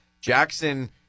Jackson